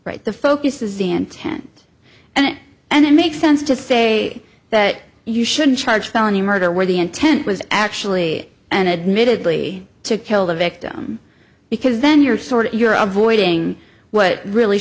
right the focus is the intent and it and it makes sense to say that you shouldn't charge felony murder where the intent was actually an admittedly to kill the victim because then you're sort of you're avoiding what really